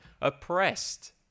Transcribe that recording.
Oppressed